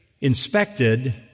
inspected